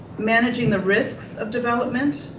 managing the risks of development.